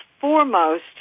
foremost